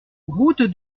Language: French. route